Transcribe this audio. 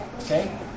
okay